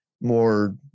more